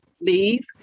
leave